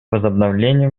возобновлению